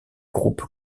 groupe